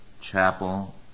Chapel